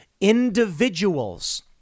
Individuals